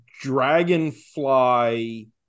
Dragonfly